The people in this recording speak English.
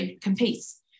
competes